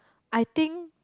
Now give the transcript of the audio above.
I think